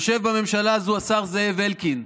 יושב בממשלה הזו השר זאב אלקין,